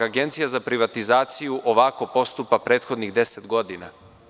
Agencija za privatizaciju ovako postupa prethodnih 10 godina.